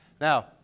Now